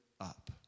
up